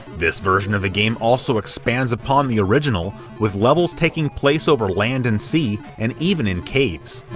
this version of the game also expands upon the original, with levels taking place over land and sea, and even in caves.